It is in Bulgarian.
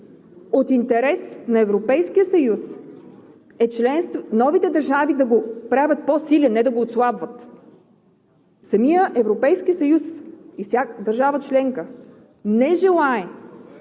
От интерес на Европейския съюз е новите държави да го правят по-силен, а не да го отслабват. Самият Европейски съюз и всяка държава членка не желае